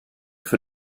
für